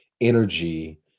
energy